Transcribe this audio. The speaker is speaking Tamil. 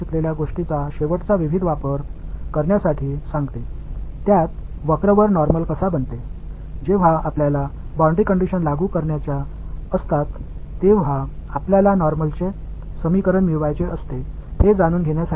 இதுவரை நாம் கற்றுக்கொண்டவற்றின் இறுதி இதர பயன்பாட்டிற்கு சாதாரண வளைவை கொண்டுவருகிறது எனவே பௌண்டரி கண்டிஷன்ஸ் களைப் பயன்படுத்த விரும்பும்போது கற்றுக்கொள்ள இது ஒரு பயனுள்ள தந்திரமாகும் சாதாரண சமன்பாட்டைப் பெற விரும்புகிறோம்